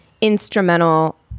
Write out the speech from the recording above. instrumental